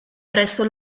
presso